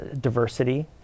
Diversity